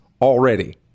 already